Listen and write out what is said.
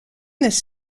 this